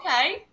okay